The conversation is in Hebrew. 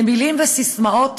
למילים וסיסמאות